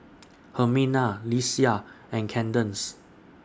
Hermina Lesia and Candace